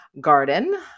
garden